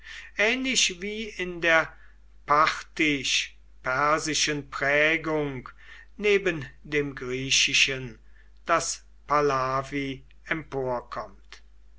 ähnlich wie in der parthisch persischen prägung neben dem griechischen das pahlavi